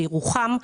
בירוחם,